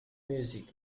music